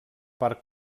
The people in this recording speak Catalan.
part